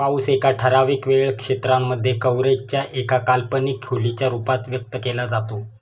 पाऊस एका ठराविक वेळ क्षेत्रांमध्ये, कव्हरेज च्या एका काल्पनिक खोलीच्या रूपात व्यक्त केला जातो